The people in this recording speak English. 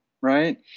right